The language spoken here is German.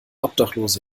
obdachlose